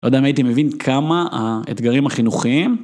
לא יודע אם הייתי מבין כמה האתגרים החינוכיים.